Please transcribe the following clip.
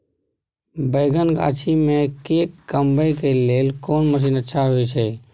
बैंगन गाछी में के कमबै के लेल कोन मसीन अच्छा होय छै?